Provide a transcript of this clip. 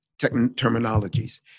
terminologies